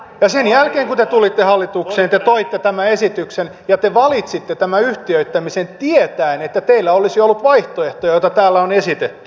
ja sen jälkeen kun te tulitte hallitukseen te toitte tämän esityksen ja te valitsitte tämän yhtiöittämisen tietäen että teillä olisi ollut vaihtoehtoja joita täällä on esitetty